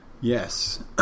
Yes